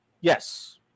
Yes